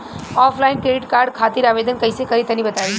Offline credit card खातिर आवेदन कइसे करि तनि बताई?